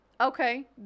Okay